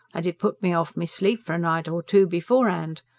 and it put me off me sleep for a night or two before'and.